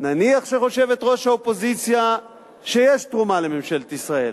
נניח שחושבת ראש האופוזיציה שיש תרומה לממשלת ישראל,